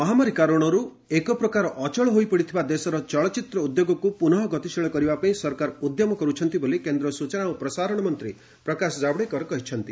ଚଳଚ୍ଚିତ୍ର ନିର୍ମାଣ କାଭଡେକର କରୋନା ମହାମାରୀ କାରଣରୁ ଏକ ପ୍ରକାର ଅଚଳ ହୋଇପଡ଼ିଥିବା ଦେଶର ଚଳଚ୍ଚିତ୍ର ଉଦ୍ୟୋଗକୁ ପୁନଃ ଗତିଶୀଳ କରିବା ପାଇଁ ସରକାର ଉଦ୍ୟମ କରୁଛନ୍ତି ବୋଲି କେନ୍ଦ୍ର ସୂଚନା ଓ ପ୍ରସାରଣ ମନ୍ତ୍ରୀ ପ୍ରକାଶ ଜାଭଡେକର କହିଛନ୍ତି